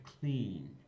clean